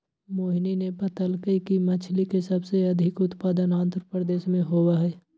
मोहिनी ने बतल कई कि मछ्ली के सबसे अधिक उत्पादन आंध्रप्रदेश में होबा हई